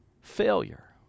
failure